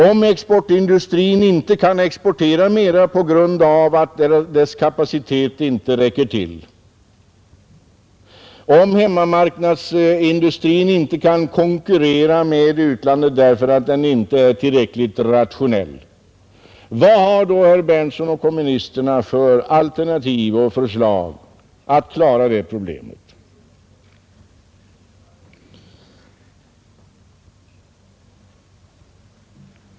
Om exportindustrin inte kan exportera mera på grund av att dess kapacitet inte räcker till och om hemmamarknadsindustrin inte kan konkurrera med utlandet därför att den inte är tillräckligt rationell, vad har då herr Berndtson och kommunisterna för alternativ och förslag för att klara detta problem?